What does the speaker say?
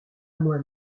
moi